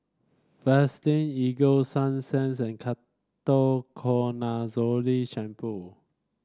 Vaselin Ego Sunsense and Ketoconazole Shampoo